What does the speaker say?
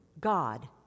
God